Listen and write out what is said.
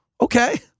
Okay